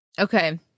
okay